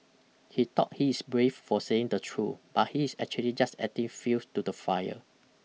he thought he's brave for saying the truth but he's actually just adding fuel to the fire